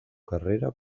carrera